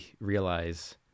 realize